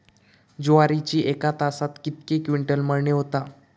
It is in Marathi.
ज्वारीची एका तासात कितके क्विंटल मळणी होता?